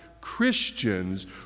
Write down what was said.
Christians